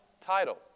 title